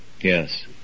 Yes